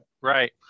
Right